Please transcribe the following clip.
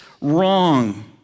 wrong